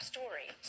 Story